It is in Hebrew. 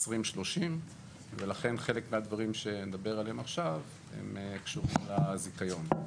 2030 ולכן חלק מהדברים שנדבר עליהם עכשיו הם קשורים לזיכיון.